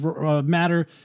Matter